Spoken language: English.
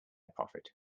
profit